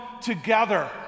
together